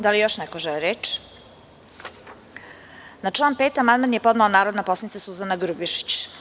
Da li još neko želi reč? (Ne.) Na član 5. amandman je podnela narodni poslanik Suzana Grubješić.